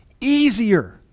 easier